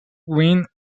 win